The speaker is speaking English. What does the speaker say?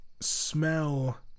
smell